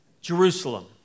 Jerusalem